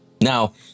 Now